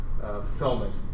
fulfillment